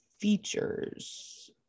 Features